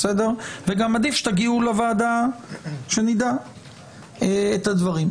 וגם עדיף שתגיעו לוועדה שנדע את הדברים.